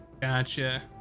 Gotcha